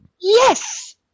Yes